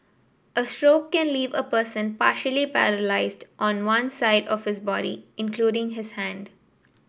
a stroke can leave a person partially paralysed on one side of his body including the hand